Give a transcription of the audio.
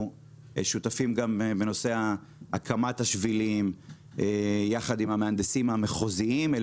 אנחנו שותפים גם בנושא הקמת השבילים יחד עם המהנדסים המחוזיים אל